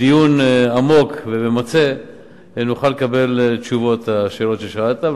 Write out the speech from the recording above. ובדיון עמוק וממצה נוכל לקבל תשובות על השאלות ששאלת.